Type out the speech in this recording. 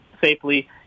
safely